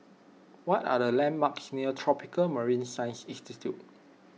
what are the landmarks near Tropical Marine Science Institute